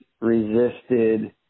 resisted